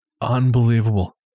unbelievable